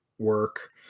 work